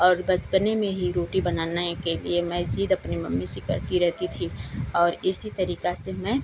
और बचपने में ही रोटी बनाने के लिए मैं जिद अपनी मम्मी से करती रहती थी और इसी तरीका से मैं